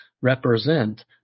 represent